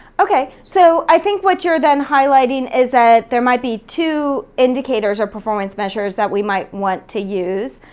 okay, so i think what you're then highlighting is that there might be two indicators or performance measures that we might want to use.